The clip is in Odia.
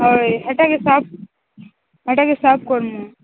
ହଏ ଏଇଟା କେ ସାଫ୍ ଏଇଟା କେ ସାପ୍ କରିନୁ